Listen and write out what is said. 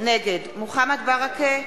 נגד מוחמד ברכה,